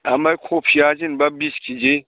ओमफ्राय कबिया जेनेबा बिस खेजि